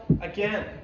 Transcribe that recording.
again